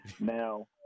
Now